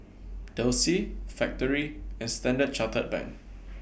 Delsey Factorie and Standard Chartered Bank